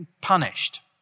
punished